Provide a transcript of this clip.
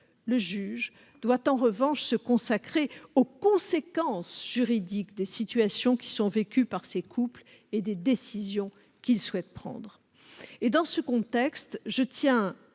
Le juge doit, en revanche, se consacrer aux conséquences juridiques des situations qui sont vécues par ces couples et des décisions qu'ils souhaitent prendre. Dans ce contexte, je tiens